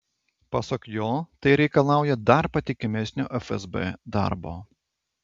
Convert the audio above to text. pasak jo tai reikalauja dar patikimesnio fsb darbo